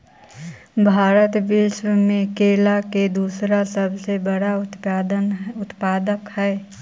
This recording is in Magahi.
भारत विश्व में केला के दूसरा सबसे बड़ा उत्पादक हई